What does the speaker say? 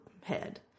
head